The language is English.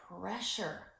pressure